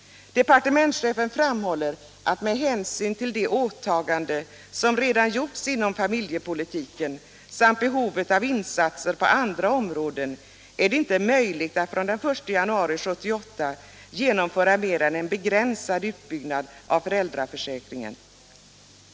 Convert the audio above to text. Departementschefen framhåller att det med hänsyn till de åtaganden som redan gjorts inom familjepolitiken samt behovet av insatser på andra områden inte är möjligt att från den 1 januari 1978 genomföra mer än en begränsad utbyggnad av föräldraförsäkringen.